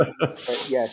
Yes